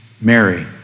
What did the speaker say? Mary